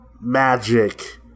magic